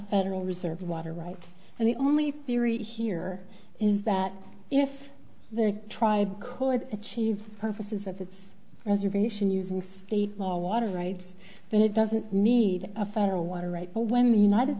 federal reserve water rights and the only theory here is that if the tribe could achieve purposes of its reservation using state law water rights that it doesn't need a federal water right or when the united